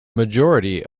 majority